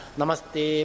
Namaste